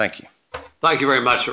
thank you very much